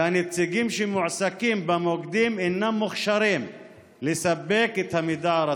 והנציגים שמועסקים במוקדים אינם מוכשרים לספק את המידע הרצוי.